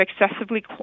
excessively